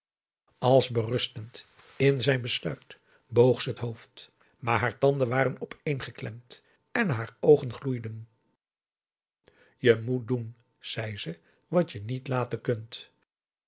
als berustend in zijn besluit boog ze het hoofd maar haar tanden waren opéén geklemd en haar oogen gloeiden je moet doen zei ze wat je niet laten kunt